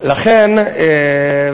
הכנת את זה.